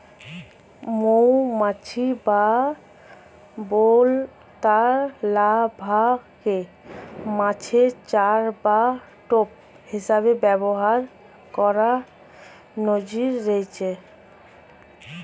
মৌমাছি বা বোলতার লার্ভাকে মাছের চার বা টোপ হিসেবে ব্যবহার করার নজির রয়েছে